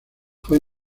fue